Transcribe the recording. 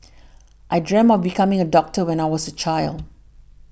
I dreamt of becoming a doctor when I was a child